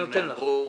כי הדברים נאמרו.